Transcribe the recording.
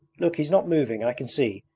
look, he's not moving. i can see.